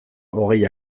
hogei